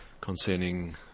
concerning